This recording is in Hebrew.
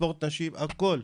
ספורט נשים והכל,